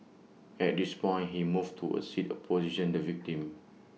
at this point he moved to A seat opposition the victim